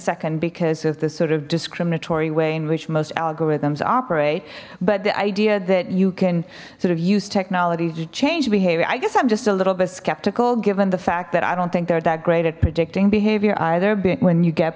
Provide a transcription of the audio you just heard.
second because of the sort of discriminatory way in which most algorithms operate but the idea that you can sort of use technology to change behavior i guess i'm just a little bit skeptical given the fact that i don't think they're that great at predicting behavior either but when you get